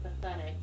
pathetic